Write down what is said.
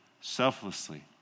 selflessly